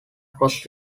cross